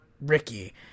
Ricky